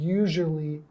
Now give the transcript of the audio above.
usually